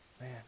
Man